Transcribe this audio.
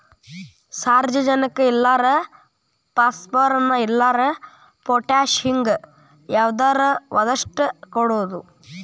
ಸಾರಜನಕ ಇಲ್ಲಾರ ಪಾಸ್ಪರಸ್, ಇಲ್ಲಾರ ಪೊಟ್ಯಾಶ ಹಿಂಗ ಯಾವದರ ಒಂದಷ್ಟ ಕೊಡುದು